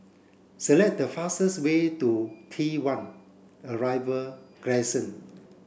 select the fastest way to T one Arrival Crescent